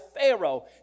pharaoh